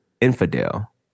infidel